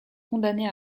condamnés